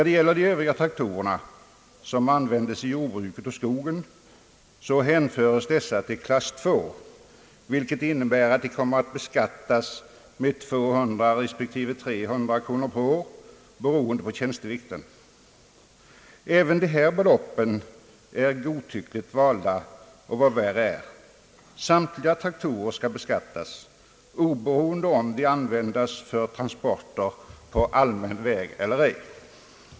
De övriga traktorerna som används i jordbruket och i skogen hänförs till klass II, vilket innebär att de kommer att beskattas med 200 respektive 300 kronor per år beroende på tjänstevikten. även dessa belopp är godtyckligt valda, och vad värre är: samtliga traktorer skall beskattas oberoende av om de används för transporter på allmän väg eller ej.